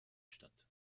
statt